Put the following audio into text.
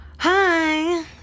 Hi